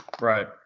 Right